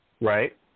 Right